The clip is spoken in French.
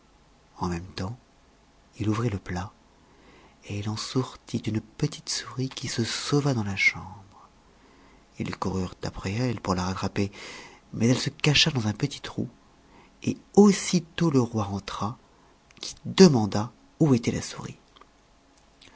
en même temps il ouvrit le plat et il en sortit une petite souris qui se sauva dans la chambre ils coururent après elle pour la rattraper mais elle se cacha dans un petit trou et aussitôt le roi entra qui demanda où était la souris